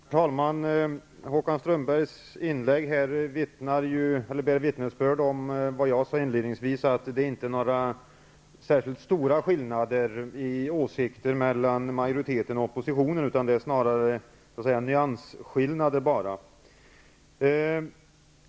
Herr talman! Håkan Strömbergs inlägg vittnar om vad jag sade inledningsvis, nämligen att det inte finns särskilt stora skillnader mellan majoritetens och oppositionens åsikter. Det är snarare fråga om nyansskillnader.